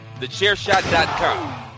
Thechairshot.com